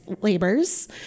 labors